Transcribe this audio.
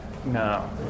No